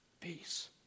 peace